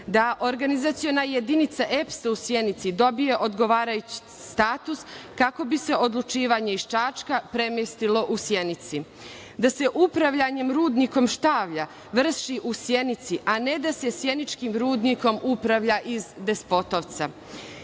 da organizaciona jedinica EPS u Sjenici dobije odgovarajući status, kako bi se odlučivanje iz Čačka premestilo u Sjenicu. Dalje, da se upravljanje rudnikom Štavlja vrši u Sjenici, a ne da se sjeničkim rudnikom upravlja iz Despotovca.